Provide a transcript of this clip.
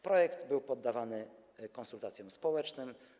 Projekt był poddawany konsultacjom społecznym.